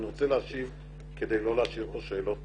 אני רוצה להשיב כדי לא להשאיר כאן שאלות פתוחות.